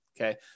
Okay